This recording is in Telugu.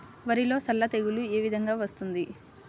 వరిలో సల్ల తెగులు ఏ విధంగా వస్తుంది?